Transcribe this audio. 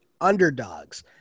underdogs